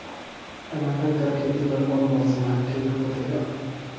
टमाटर कर खेती बर कोन मौसम हर ठीक होथे ग?